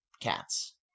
Cats